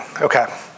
Okay